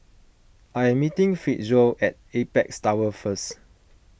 I am meeting Fitzhugh at Apex Tower first